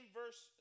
verse